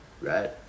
Right